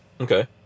Okay